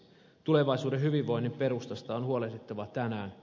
tulevaisuuden hyvinvoinnin perustasta on huolehdittava tänään